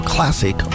Classic